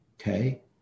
Okay